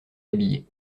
habillé